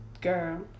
Girl